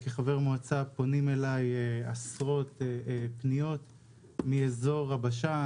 כחבר מועצה פונים אליי בעשרות פניות מאזור הבשן,